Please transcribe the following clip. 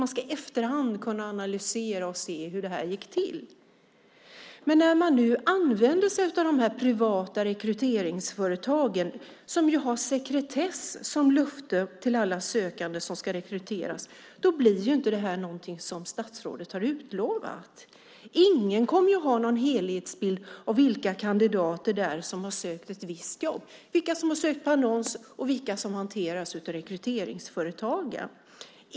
Man ska i efterhand kunna analysera och se hur detta gick till. Men när man nu använder sig av de privata rekryteringsföretagen som ju har sekretess som löfte till alla sökande som ska rekryteras blir inte detta som statsrådet har utlovat. Ingen kommer att ha någon helhetsbild av vilka kandidater som har sökt ett visst jobb, vilka som har sökt på annons och vilka som hanteras av rekryteringsföretagen!